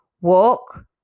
Walk